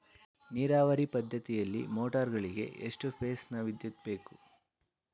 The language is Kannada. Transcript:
ನೀರಾವರಿ ಪದ್ಧತಿಯಲ್ಲಿ ಮೋಟಾರ್ ಗಳಿಗೆ ಎಷ್ಟು ಫೇಸ್ ನ ವಿದ್ಯುತ್ ಬೇಕು?